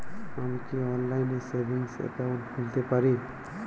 আমি কি অনলাইন এ সেভিংস অ্যাকাউন্ট খুলতে পারি?